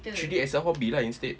treat it as a hobby lah instead